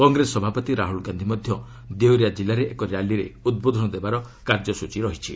କଂଗ୍ରେସ ସଭାପତି ରାହୁଲ୍ ଗାନ୍ଧି ମଧ୍ୟ ଦେଓରିଆ କିଲ୍ଲାରେ ଏକ ର୍ୟାଲିରେ ଉଦ୍ବୋଧନ ଦେବାର କାର୍ଯ୍ୟସ୍ଟଚୀ ରହିଛି